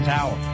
Tower